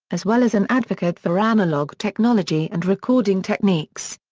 as well as an advocate for analog technology and recording techniques.